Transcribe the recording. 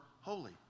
holy